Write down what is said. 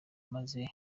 maze